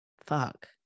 fuck